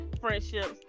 friendships